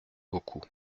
beaucoup